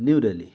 New Delhi